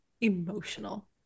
emotional